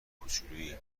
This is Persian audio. کوچولویی